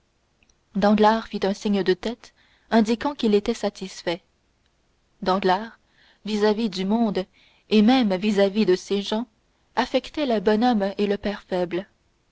danglars fit un signe de tête indiquant qu'il était satisfait danglars vis-à-vis du monde et même vis-à-vis de ses gens affectait le bonhomme et le père faible